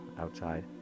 outside